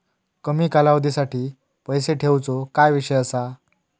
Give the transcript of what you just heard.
कमी कालावधीसाठी पैसे ठेऊचो काय विषय असा?